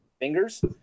fingers